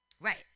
Right